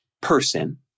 person